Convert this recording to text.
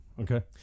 Okay